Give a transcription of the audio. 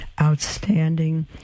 outstanding